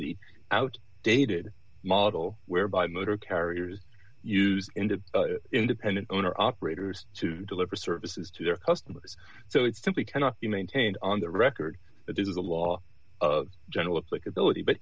the out dated model whereby motor carriers use in the independent owner operators to deliver services to their customers so it simply cannot be maintained on the record it is the law of general it's like ability but